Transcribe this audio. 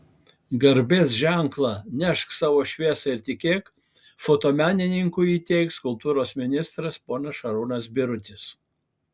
garbės ženklą nešk savo šviesą ir tikėk fotomenininkui įteiks kultūros ministras šarūnas birutis